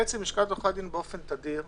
על זה לא הערתי.